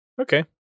Okay